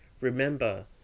remember